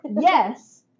Yes